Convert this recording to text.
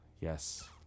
yes